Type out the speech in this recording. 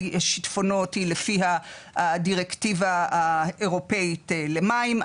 שטפונות היא לפי הדירקטיבה האירופאית למים.